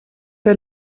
der